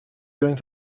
doing